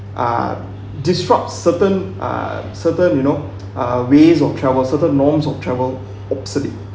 uh disrupt certain uh certain you know uh ways of travel certain norms of travel obsolete